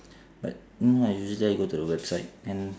but then I usually I go to the website and